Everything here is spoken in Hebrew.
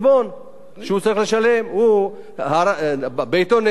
ביתו נהרס, אין לו כבר שום ציוד, הוא עכשיו צריך